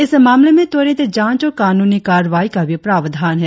इस मामले में त्वरित जांच और कानूनी कार्रवाई का भी प्रावधान है